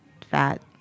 Fat